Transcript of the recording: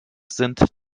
sind